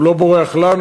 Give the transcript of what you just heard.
הוא לא בורח לנו,